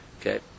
Okay